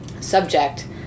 subject